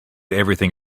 everything